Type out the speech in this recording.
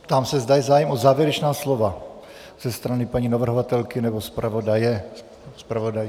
Ptám se, zda je zájem o závěrečná slova ze strany paní navrhovatelky nebo zpravodaje, zpravodajky.